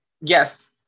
yes